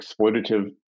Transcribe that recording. exploitative